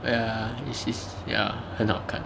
ya is is ya 很好看